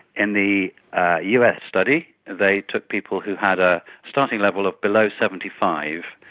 in the us study they took people who had a starting level of below seventy five